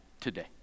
today